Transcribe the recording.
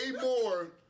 more